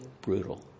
brutal